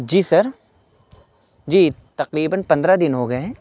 جی sir جی تقریباً پندرہ دن ہو گئے ہیں